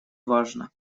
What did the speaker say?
важно